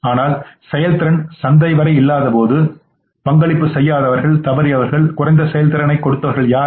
ஆனால் செயல்திறன் சந்தை வரை இல்லாத போது பங்களிப்பு செய்யாதவர்கள் தவறியவர்கள் குறைந்த செயல்திறனைக் கொடுத்தவர்கள் யார்